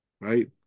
right